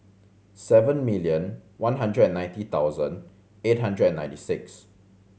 seven million one hundred and ninety thousand eight hundred and ninety six